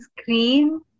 screen